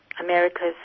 America's